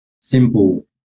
simple